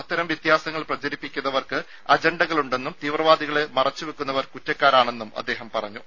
അത്തരം വ്യത്യാസങ്ങൾ പ്രചരിപ്പിക്കുന്നവർക്ക് അജണ്ടകളുണ്ടെന്നും തീവ്രവാദികളെ മറച്ചുവെക്കുന്നവർ കുറ്റക്കാരാണെന്നും അദ്ദേഹം പറഞ്ഞു